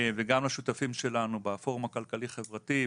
אני מודה גם לשותפים שלנו בפורום הכלכלי חברתי,